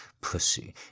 pussy